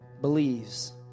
believes